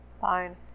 Fine